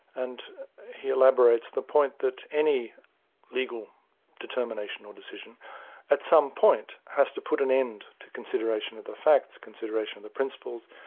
and he elaborates the point that any legal determination or decision at some point, has to put an end to consideration of the facts, consideration of the principles.